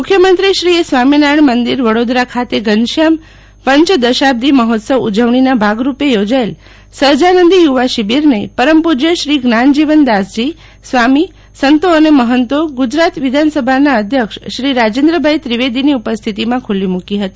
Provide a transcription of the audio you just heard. મુખ્યમંત્રી શ્રી એ સ્વામિનારાયણ મંદિરવડોદરા ખાતે ધનશ્યામ પંચદશાબ્દી મહ્રોત્સવ ઉજવણીના ભાગરૂપે યોજાયેલ સહજાનંદ યુવા શિબિર ને પરમ પૂજાય શ્રી જ્ઞાન જીવનદાસજી સ્વામી સંતો અને મહંતો ગુજરાત વિધાનસભા અધ્યક્ષ શ્રી રાજેન્દ્ર ભાઈ ત્રિવેદી ની ઉપસ્થિતિ માં ખુલ્લી મૂકી ફતી